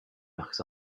marques